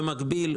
במקביל,